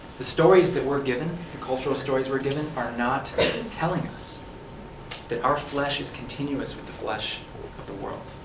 the stories that we are given, the cultural stories that we are given, are not and and telling us that our flesh is continuous with the flesh of the world.